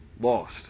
lost